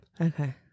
Okay